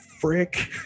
frick